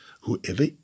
whoever